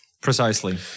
Precisely